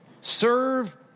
Serve